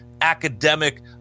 academic